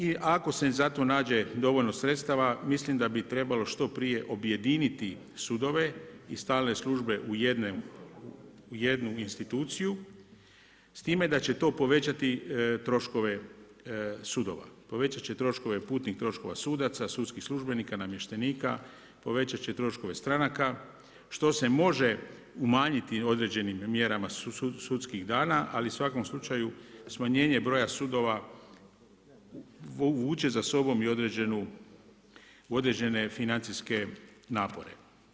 I ako se za to nađe dovoljno sredstava mislim da bi trebalo što prije objediniti sudove i stalne službe u jednu instituciju s time da će to povećati troškove sudova, povećati će troškove putnih troškova sudaca, sudskih službenika, namještenika, povećati će troškove stranaka što se može umanjiti određenim mjerama sudskih dana ali u svakom slučaju smanjenje broja sudova vuče za sobom i određenu, određene financijske napore.